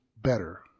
better